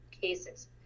cases